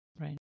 Right